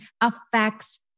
affects